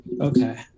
Okay